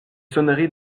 sonneries